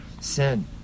sin